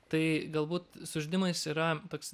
tai galbūt su žaidimais yra toks